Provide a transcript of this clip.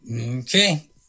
Okay